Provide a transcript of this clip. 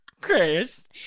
Chris